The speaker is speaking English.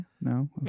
No